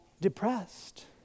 depressed